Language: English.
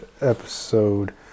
episode